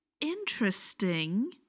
Interesting